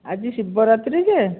ଆଜି ଶିବରାତ୍ରି ଯେ